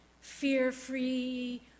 fear-free